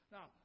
Now